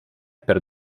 per